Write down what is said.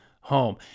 Home